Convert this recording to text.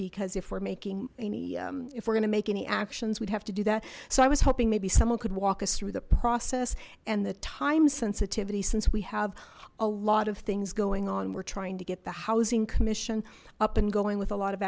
because if we're making any if we're gonna make any actions we'd have to do that so i was hoping maybe someone could walk us through the process and the time sensitivity since we have a lot of things going on we're trying to get the housing commission up and going with a lot of